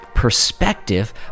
perspective